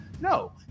No